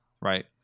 right